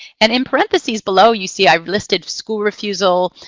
and in parentheses below, you see i've listed school refusal,